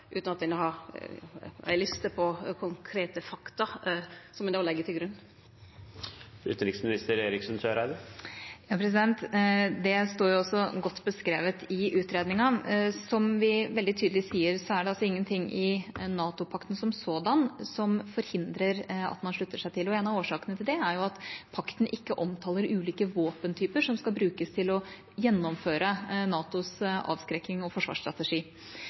utan at ein har ei liste over konkrete fakta som ein legg til grunn. Det står også godt beskrevet i utredningen. Som vi veldig tydelig sier, er det altså ingenting i NATO-pakten som sådan som forhindrer at man slutter seg til. En av årsakene til det er at pakten ikke omtaler ulike våpentyper som skal brukes til å gjennomføre NATOs avskrekkings- og forsvarsstrategi.